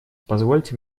позвольте